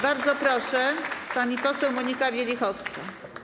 Bardzo proszę, pani poseł Monika Wielichowska.